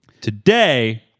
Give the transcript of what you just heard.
Today